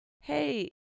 hey